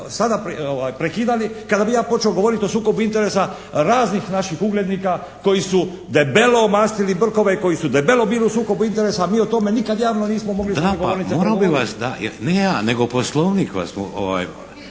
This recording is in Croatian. sada prekidali kada bi ja počeo govoriti o sukobu interesa raznih naših uglednika koji u debelo omastili brkove i koji su debelo bili u sukobu interesa a mi o tome nikad javno nismo mogli s ove govornice govorit.